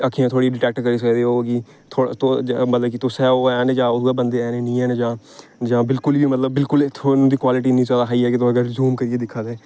अक्खियां थुआढ़ियां डिटैक्ट करी सकदे ओह् कि मतलब कि तुस ऐ ओ ऐ जां उ'यै बंदे ऐ निं ऐ जां नां जां बिलकुल बी मतलब बिलकुल कोई उं'दी कोआलिटी इ'न्नी जैदा हाई ऐ कि जूम करियै दिक्खा दे